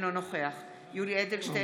אינו נוכח יולי יואל אדלשטיין,